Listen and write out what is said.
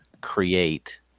create